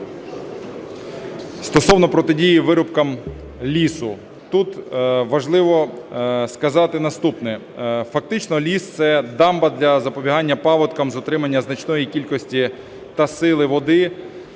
стосовно протидії вирубкам лісу. Тут важливо сказати наступне. Фактично ліс – це дамба для запобігання паводкам, затримання значної кількості та сили води,